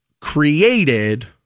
created